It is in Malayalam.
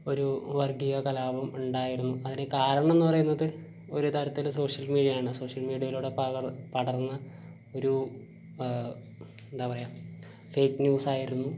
ഒരു വർഗ്ഗീയ കലാപം ഉണ്ടായിരുന്നു അതിന് കാരണംന്ന് പറയുന്നത് ഒരു തരത്തിൽ സോഷ്യൽ മീഡിയയാണ് സോഷ്യൽ മീഡിയയിലൂടെ പകർ പടർന്ന് ഒരു എന്താ പറയാ ഫേക്ക് ന്യൂസായിരുന്നു